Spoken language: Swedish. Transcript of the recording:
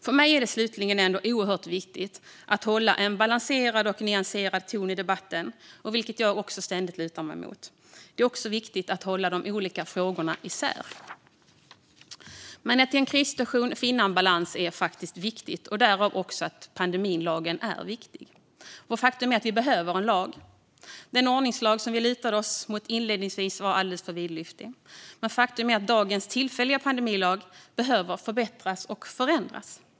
För mig är det slutligen oerhört viktigt att hålla en balanserad och nyanserad ton i debatten, vilket jag ständigt lutar mig mot. Det är också viktigt att hålla isär de olika frågorna. Att i krissituationer finna en balans är viktigt. Därmed är också pandemilagen viktig. Faktum är att vi behöver en lag. Den ordningslag som vi lutade oss mot inledningsvis var för vidlyftig. Men faktum är att dagens tillfälliga pandemilag behöver förbättras och förändras.